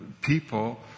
people